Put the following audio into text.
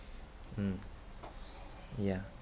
mm yeah